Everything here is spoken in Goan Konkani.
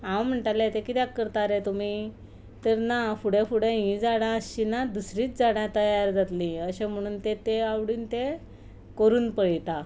हांव म्हणटालें तें कित्याक करता रे तुमी तर ना फुडें फुडें हीं झाडां आसचीं नात दुसरींच झाडां तयार जातलीं अशे म्हणून ते ते आवडीन ते करून पळयता